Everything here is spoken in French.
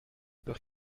peur